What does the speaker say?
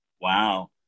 Wow